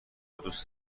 دوست